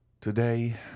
today